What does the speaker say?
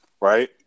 right